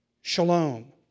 shalom